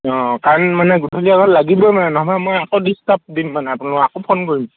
অঁ কাৰেণ্ট মানে গধূলিৰ আগত লাগিবই মানে নহয় মই আকৌ ডিষ্টাৰ্ব দিম মানে আপোনালোকক আকৌ ফোন কৰিম